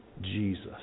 Jesus